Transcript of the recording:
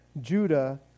Judah